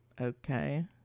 okay